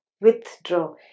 Withdraw